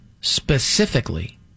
specifically